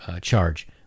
charge